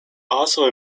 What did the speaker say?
also